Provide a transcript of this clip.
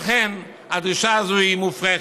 לכן, הדרישה הזאת היא מופרכת.